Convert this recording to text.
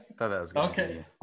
Okay